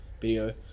video